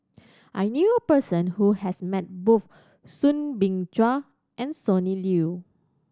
I knew a person who has met both Soo Bin Chua and Sonny Liew